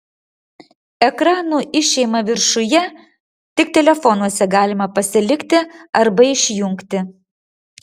ekrano išėma viršuje tik telefonuose galima pasilikti arba išjungti